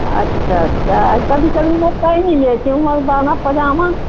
اچھا اچھا کبھی کبھی میں پہن لیتی ہوں مردانہ پاجامہ